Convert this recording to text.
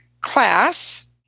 class